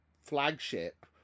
flagship